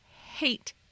hate